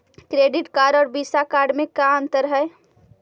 Credit card और visa card मे कौन अन्तर है?